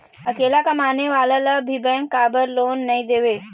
अकेला कमाने वाला ला भी बैंक काबर लोन नहीं देवे?